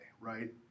Right